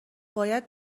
باید